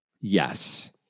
Yes